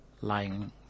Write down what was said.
lying